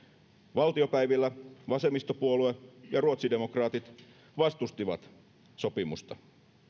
valtiopäivillä vasemmistopuolue ja ruotsidemokraatit vastustivat sopimusta